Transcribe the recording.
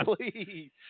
please